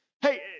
Hey